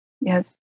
Yes